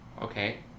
Okay